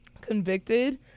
convicted